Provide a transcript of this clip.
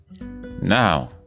Now